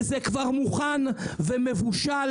וזה כבר מוכן ומבושל